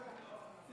זה?